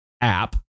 app